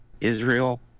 Israel